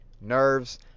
nerves